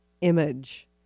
image